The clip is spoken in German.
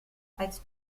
als